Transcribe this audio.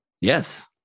Yes